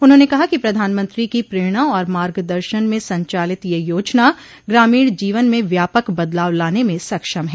उन्होंने कहा कि प्रधानमंत्री की प्रेरणा और मार्ग दर्शन में संचालित यह योजना ग्रामीण जीवन में व्यापक बदलाव लान में सक्षम है